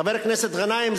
חבר הכנסת גנאים,